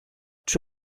czy